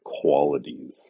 qualities